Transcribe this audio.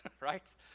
right